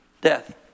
death